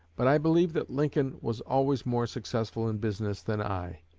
but i believe that lincoln was always more successful in business than i,